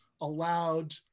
allowed